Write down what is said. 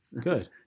good